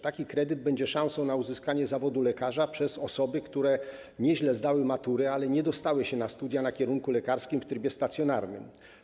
Taki kredyt będzie szansą na uzyskanie zawodu lekarza przez osoby, które nieźle zdały maturę, ale nie dostały się na studia na kierunku lekarskim w trybie stacjonarnym.